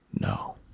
No